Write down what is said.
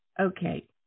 Okay